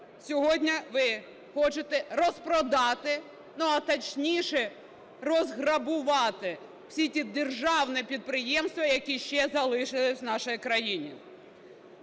Сьогодні ви хочете розпродати, а, точніше, розграбувати всі ті державні підприємства, які ще залишились в нашій країні.